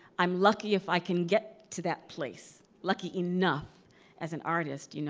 i'm lucky if i can get to that place, lucky enough as an artist. you know